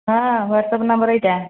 ହଁ WhatsApp number ଏହିଟା